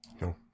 no